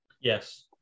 yes